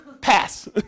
Pass